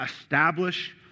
establish